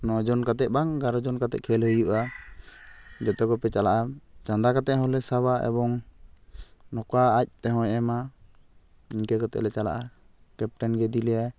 ᱱᱚᱡᱚᱱ ᱠᱟᱛᱮᱫ ᱵᱟᱝ ᱮᱜᱟᱨᱚᱡᱚᱱ ᱠᱟᱛᱮᱫ ᱠᱷᱮᱞ ᱦᱩᱭᱩᱜᱼᱟ ᱡᱚᱛᱚᱠᱚᱯᱮ ᱪᱟᱞᱟᱜᱼᱟ ᱪᱟᱸᱫᱟ ᱠᱟᱛᱮᱫ ᱦᱚᱸᱞᱮ ᱥᱟᱵᱟ ᱮᱵᱚᱝ ᱱᱚᱝᱠᱟ ᱟᱡ ᱛᱮᱦᱚᱸᱭ ᱮᱢᱟ ᱤᱱᱠᱟᱹ ᱠᱟᱛᱮᱫ ᱞᱮ ᱪᱟᱞᱟᱜᱼᱟ ᱠᱮᱯᱴᱮᱱ ᱜᱮ ᱤᱫᱤ ᱞᱮᱭᱟᱭ